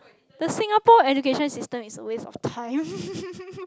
the Singapore education system is a waste of time